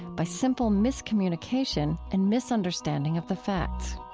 by simple miscommunication and misunderstanding of the facts